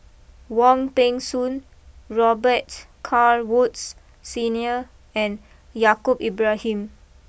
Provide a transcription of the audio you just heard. Wong Peng Soon Robet Carr Woods Senior and Yaacob Ibrahim